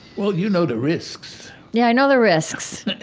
well you know the risks yeah, i know the risks.